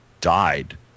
died